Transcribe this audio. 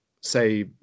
say